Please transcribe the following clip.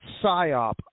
psyop